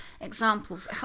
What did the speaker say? examples